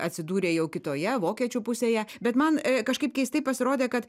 atsidūrė jau kitoje vokiečių pusėje bet man kažkaip keistai pasirodė kad